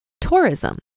Tourism